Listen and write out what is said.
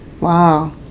wow